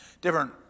different